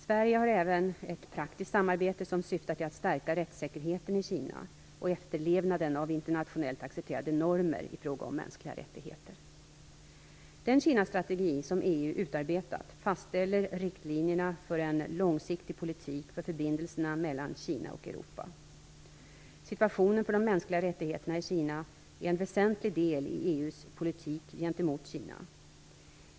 Sverige har även ett praktiskt samarbete som syftar till att stärka rättssäkerheten i Kina och efterlevnaden av internationellt accepterade normer i fråga om mänskliga rättigheter. Den Kinastrategi som EU utarbetat fastställer riktlinjerna för en långsiktig politik för förbindelserna mellan Kina och Europa. Situationen när det gäller de mänskliga rättigheterna i Kina är en väsentlig del i EU:s politik gentemot Kina.